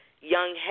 young